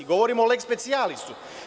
Govorim o leks specijalisu.